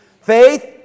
Faith